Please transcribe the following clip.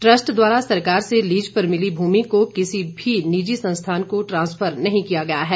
trust द्वारा सरकार से लीज पर मिली भूमि को किसी भी निजी संस्थान को ट्रांस्फर नहीं किया गया है